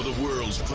world's